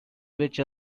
which